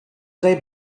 they